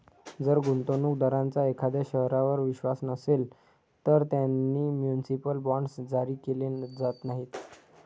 जर गुंतवणूक दारांचा एखाद्या शहरावर विश्वास नसेल, तर त्यांना म्युनिसिपल बॉण्ड्स जारी केले जात नाहीत